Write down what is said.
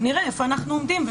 נראה איפה אנחנו עומדים,